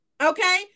okay